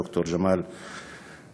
ד"ר ג'מאל זחאלקה,